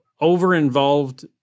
Over-involved